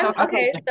Okay